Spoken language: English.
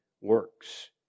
works